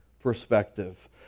perspective